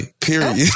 period